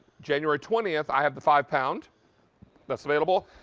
january twentieth i, have to five pound that's available.